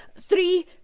three,